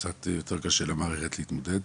קצת יותר קשה למערכת להתמודד.